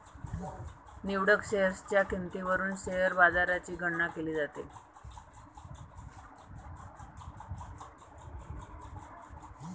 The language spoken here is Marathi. निवडक शेअर्सच्या किंमतीवरून शेअर बाजाराची गणना केली जाते